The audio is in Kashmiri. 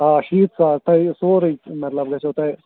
آ شیٖتھ ساس تۄہہِ سورُے مطلب گژھٮ۪و تۄہہِ